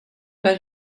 pas